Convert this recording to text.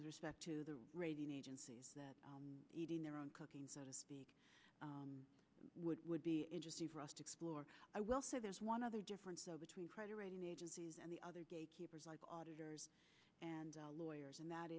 with respect to the rating agencies that eating their own cooking so to speak would would be interesting for us to explore i will say there's one other difference though between credit rating agencies and the other gatekeepers like auditors and lawyers and that